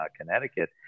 Connecticut